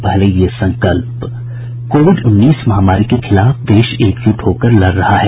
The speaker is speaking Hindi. पहले ये संकल्प कोविड उन्नीस महामारी के खिलाफ देश एकजुट होकर लड़ रहा है